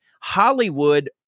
Hollywood